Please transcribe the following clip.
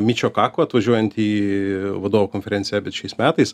mičio kako atvažiuojant į vadovų konferenciją bet šiais metais